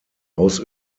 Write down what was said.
aus